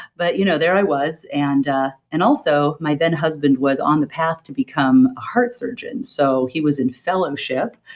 but you know there i was. and and also my then husband was on the path to become a heart surgeon so he was in fellowship,